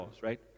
right